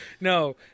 No